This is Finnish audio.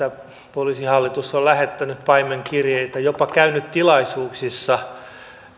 poliisihallitus on lähettänyt paimenkirjeitä jopa käynyt tilaisuuksissa